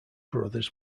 brothers